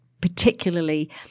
particularly